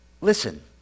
listen